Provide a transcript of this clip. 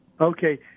Okay